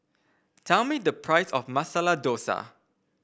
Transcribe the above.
tell me the price of Masala Dosa